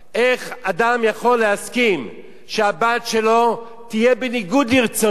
איך אדם יכול להסכים שהבת שלו תהיה בניגוד לרצונו,